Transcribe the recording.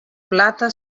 plata